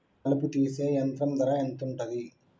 కలుపు తీసే యంత్రం ధర ఎంతుటది?